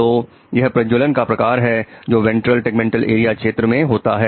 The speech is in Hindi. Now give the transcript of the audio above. तो यह प्रज्ज्वलन का प्रकार है जो कि वेंट्रल टैगमेंटल क्षेत्र में होता है